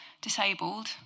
disabled